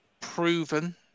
proven